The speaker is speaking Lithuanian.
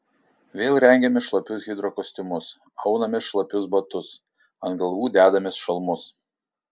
vėl rengiamės šlapius hidrokostiumus aunamės šlapius batus ant galvų dedamės šalmus